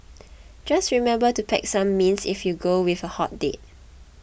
just remember to pack some mints if you go with a hot date